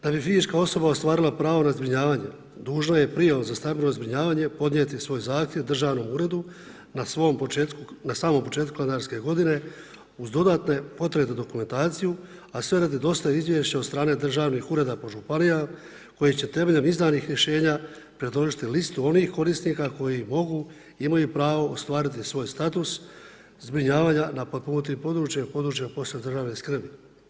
Da bi fizička osoba ostvarila pravo na zbrinjavanje dužna je prijavu za stambeno zbrinjavanje podnijeti svoj zahtjev Državnom uredu na svom početku, na samom početku kalendarske godine uz dodatne potrebnu dokumentaciju a sve radi dostave izvješća od strane državnih ureda po županijama, koji će temeljem izdanih rješenja predložiti listu onih korisnika koji mogu, imaju pravo ostvariti svoj status zbrinjavanja na potpomognutim područjima i područjima posebne državne skrbi.